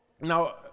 Now